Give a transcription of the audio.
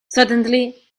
suddenly